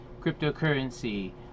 cryptocurrency